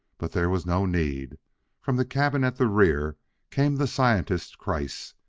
but there was no need from the cabin at the rear came the scientist, kreiss.